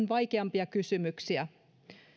vaikeampia kysymyksiä